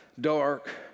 dark